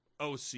OC